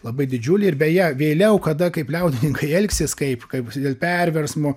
labai didžiulį ir beje vėliau kada kaip liaudininkai elgsis kaip kaip dėl perversmo